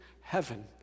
heaven